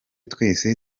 twese